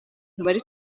bari